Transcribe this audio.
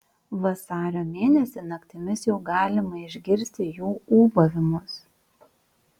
vasario mėnesį naktimis jau galima išgirsti jų ūbavimus